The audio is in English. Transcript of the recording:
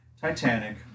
Titanic